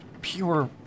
pure